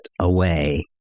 away